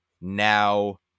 now